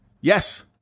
Yes